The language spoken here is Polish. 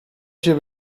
się